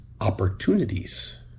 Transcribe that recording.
opportunities